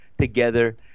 together